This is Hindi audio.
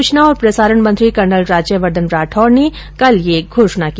सूचना और प्रसारण मंत्री कर्नल राज्यवर्द्धन राठौड़ ने कल यह घोषणा की